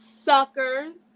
suckers